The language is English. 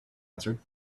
answered